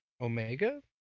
Omega